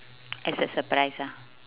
as a surprise ah